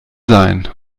sein